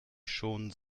schon